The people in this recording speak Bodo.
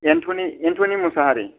एन्टनी मुसाहारि